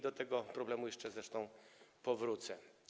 Do tego problemu jeszcze zresztą powrócę.